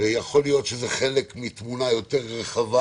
ויכול להיות שזה חלק מתמונה יותר רחבה